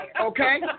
Okay